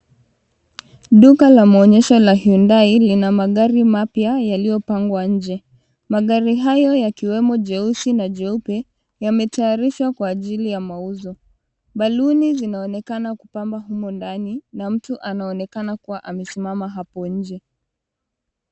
Duka la maonyesho la Hyundai lina magari mapya yaliyopangwa nje. Magari hayo yakiwemo jeusi na jeupe, yametayarishwa kwa ajili ya mauzo. Baluni zinaonekana kupamba humo ndani na mtu anaonekana kuwa amesimama hapo nje.